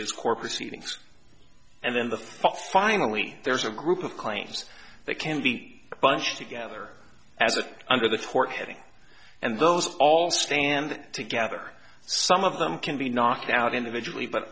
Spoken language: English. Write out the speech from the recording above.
is core proceedings and then the finally there's a group of claims that can be bunched together as a under the court heading and those all stand together some of them can be knocked out individual but